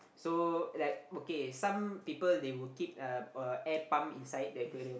so like okay some people they will keep uh a air pump inside the aquarium